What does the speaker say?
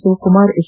Shivakumar H